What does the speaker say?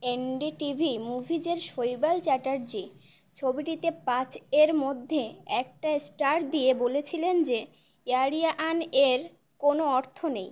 NDTV মুভিজের শৈবাল চ্যাটার্জি ছবিটিতে পাঁচ এর মধ্যে একটা স্টার দিয়ে বলেছিলেন যে এয়ারিয়ান এর কোনো অর্থ নেই